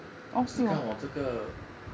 你看我这个